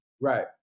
Right